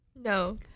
no